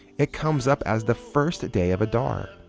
it comes up as the first day of adar,